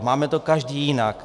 Máme to každý jinak.